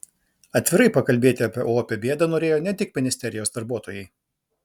atvirai pakalbėti apie opią bėdą norėjo ne tik ministerijos darbuotojai